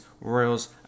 Royals